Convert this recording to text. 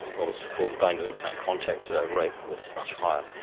what was called the bone to implant contact ah rate was much higher.